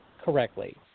correctly